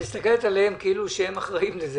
את מסתכלת עליהם כאילו הם אחראים לזה.